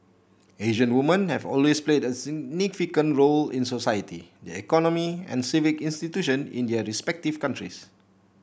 Asian women have always played a significant role in society the economy and civic institution in their respective countries